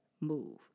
move